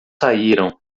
saíram